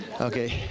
Okay